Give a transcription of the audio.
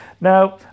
Now